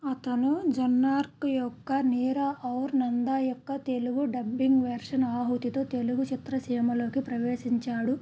అతను జున్నార్కర్ యొక్క నేరా ఔర్ నందా యొక్క తెలుగు డబ్బింగ్ వెర్షన్ ఆహూతితో తెలుగు చిత్ర సీమలోకి ప్రవేశించాడు